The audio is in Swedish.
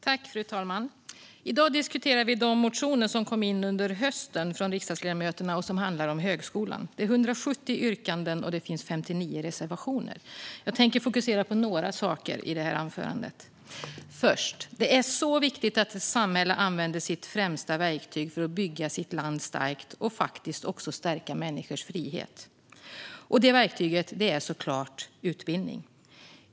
Fru talman! I dag diskuterar vi de motioner som väcktes av riksdagsledamöterna under hösten och som handlar om högskolan. Det är 170 yrkanden, och det finns 59 reservationer. Jag tänker fokusera på några saker i anförandet. Det är så viktigt att ett samhälle använder sitt främsta verktyg för att bygga sitt land starkt och stärka människors frihet. Det verktyget är såklart utbildning.